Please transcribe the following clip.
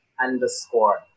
underscore